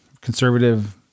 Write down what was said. conservative